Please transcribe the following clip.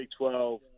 12